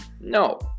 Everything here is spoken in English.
no